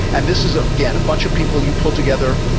and this is again, a bunch of people you pull together